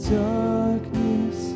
darkness